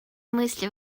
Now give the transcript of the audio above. мысли